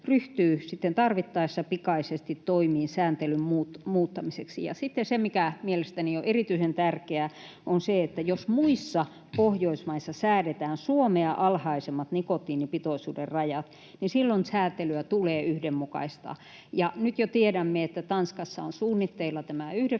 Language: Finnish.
tarvittaessa pikaisesti toimiin sääntelyn muuttamiseksi. Ja sitten mielestäni erityisen tärkeää on se, että jos muissa Pohjoismaissa säädetään Suomea alhaisemmat nikotiinipitoisuuden rajat, niin silloin säätelyä tulee yhdenmukaistaa. Nyt jo tiedämme, että Tanskassa on suunnitteilla 9 milligramman